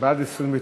1 2 נתקבלו.